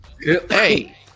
hey